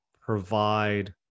provide